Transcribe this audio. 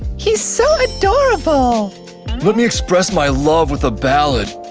he's so adorable let me express my love with a ballad.